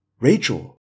Rachel